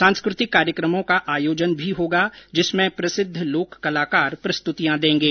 सांस्कृतिक कार्यक्रमों का आयोजन भी होगा जिसमें प्रसिद्ध लोक कलाकार प्रस्तुतियां देंगे